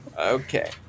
Okay